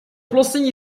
oplossing